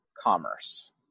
commerce